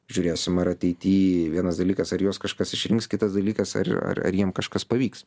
žiūrėsim ar ateity vienas dalykas ar juos kažkas išrinks kitas dalykas ar ar jiem kažkas pavyks